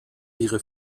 ihre